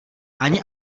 ani